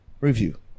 review